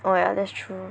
oh yeah that's true